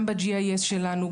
גם ב-GIS שלנו,